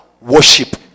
worship